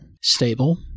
stable